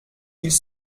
ils